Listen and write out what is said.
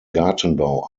gartenbau